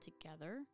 together